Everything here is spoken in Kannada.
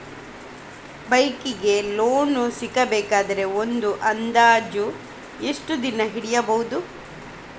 ಬೈಕ್ ಗೆ ಲೋನ್ ಸಿಗಬೇಕಾದರೆ ಒಂದು ಅಂದಾಜು ಎಷ್ಟು ದಿನ ಹಿಡಿಯಬಹುದು?